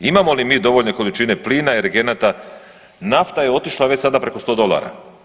Imamo li mi dovoljne količine plina, energenata, nafta je otišla već sada preko 100 dolara.